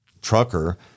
trucker